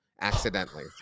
accidentally